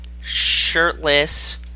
shirtless